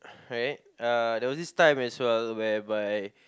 right uh there were this time as well whereby